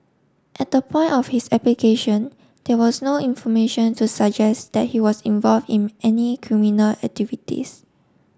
at the point of his application there was no information to suggest that he was involve in any criminal activities